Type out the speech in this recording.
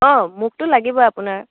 অ মোকতো লাগিবই আপোনাৰ